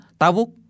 Tabuk